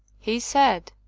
he said